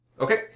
Okay